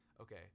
okay